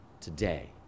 today